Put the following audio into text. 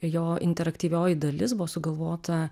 jo interaktyvioji dalis buvo sugalvota